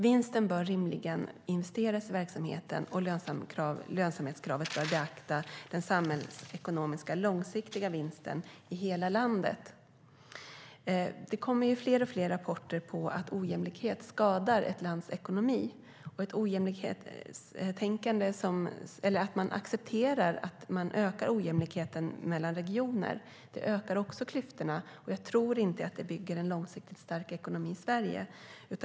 Vinsten bör rimligen investeras i verksamheten, och lönsamhetskravet bör beakta den samhällsekonomiska långsiktiga vinsten i hela landet. Det kommer allt fler rapporter om att ojämlikhet skadar ett lands ekonomi. Om man accepterar att ojämlikheten mellan regioner ökar ökas också klyftorna. Jag tror inte att det bygger en långsiktigt stark ekonomi i Sverige.